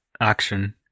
action